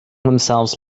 themselves